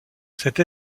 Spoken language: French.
cette